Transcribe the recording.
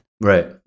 Right